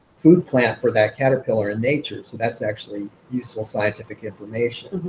food plant for that caterpillar in nature, so that's actually useful scientific information.